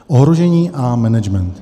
Ohrožení a management.